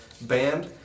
band